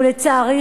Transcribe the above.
ולצערי,